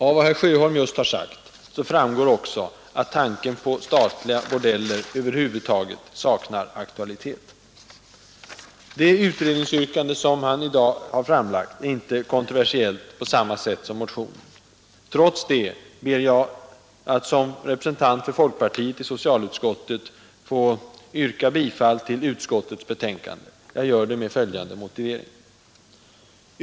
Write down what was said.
Av vad herr Sjöholm just har sagt framgår också, att tanken på statliga bordeller över huvud taget saknar aktualitet. Det utredningsyrkande som han i dag har framlagt är inte kontroversiellt på samma sätt som motionen. Trots detta ber jag att som representant för folkpartiet i socialutskottet få yrka bifall till utskottets betänkande. Jag gör det med följande motivering.